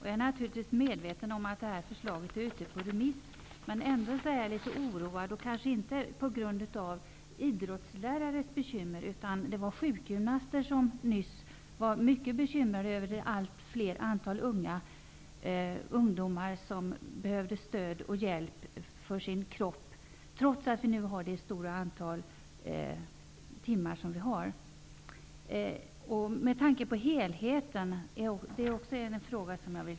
Jag är naturligtvis medveten om att det här förslaget är ute på remiss, men jag är trots det litet oroad -- kanske inte på grund av idrottslärares bekymmer utan på grund av att sjukgymnaster har uttryckt bekymmer över att ett allt större antal ungdomar behöver stöd och hjälp med sin kropp, trots att vi nu har så pass många timmar idrott på schemat.